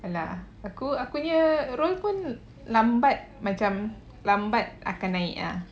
okay lah aku punya role pun lambat macam lambat akan naik ah